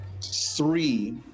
three